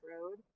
Road